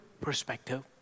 perspective